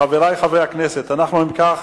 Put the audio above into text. חברי חברי הכנסת, אם כך,